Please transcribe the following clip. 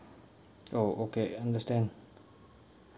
oh okay understand